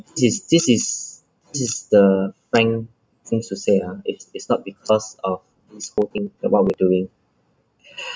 this is this is this is the frank things to say ah it's it's not because of who spoken or what we doing